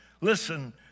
listen